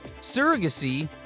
surrogacy